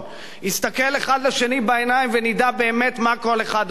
נסתכל האחד לשני בעיניים ונדע באמת מה כל אחד עושה,